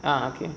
ah okay